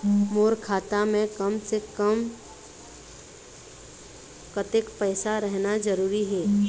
मोर खाता मे कम से से कम कतेक पैसा रहना जरूरी हे?